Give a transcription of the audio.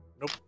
Nope